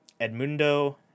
Edmundo